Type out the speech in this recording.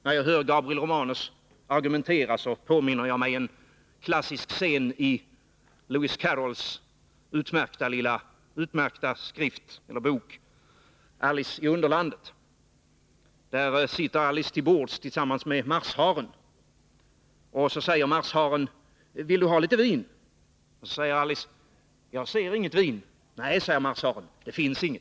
När jag hör Gabriel Romanus argumentera erinrar jag mig en klassisk scen i Lewis Carrolls utmärkta bok Alice i Underlandet. Där sitter Alice till bords tillsammans med Marsharen. Så säger Marsharen: Vill du ha lite vin? — Då svarar Alice: Jag ser inget vin. — Nej, säger Marsharen, det finns inget.